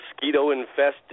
mosquito-infested